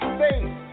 face